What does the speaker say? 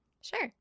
Sure